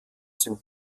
sind